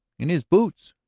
in his boots!